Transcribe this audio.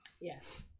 Yes